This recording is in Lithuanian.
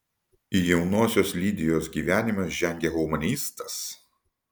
į jaunosios lidijos gyvenimą žengia humanistas